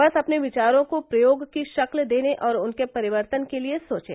बस अपने विचारो को प्रयोग की शक्ल देने और उनके परिवर्तन के लिए सोचें